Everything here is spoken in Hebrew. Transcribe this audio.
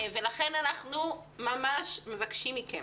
לכן אנחנו ממש מבקשים מכם,